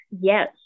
Yes